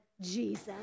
Jesus